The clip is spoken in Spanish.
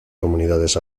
comunidades